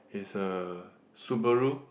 is a Subaru